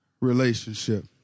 Relationship